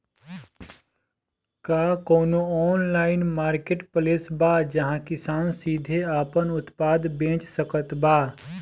का कउनों online marketplace बा जहां किसान सीधे आपन उत्पाद बेच सकत बा?